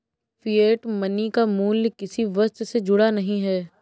fiat money का मूल्य किसी वस्तु से जुड़ा नहीं है